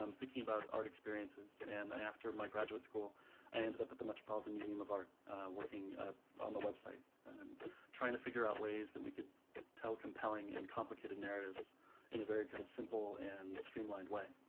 um thinking about art experiences and after my graduate school i ended up at the metropolitan museum of art working on the website and trying to figure out ways that we could tell compelling and complicated narratives in a very kind of simple and streamlined way.